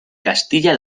castilla